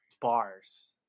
bars